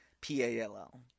P-A-L-L